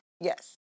Yes